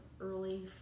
early